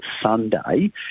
Sunday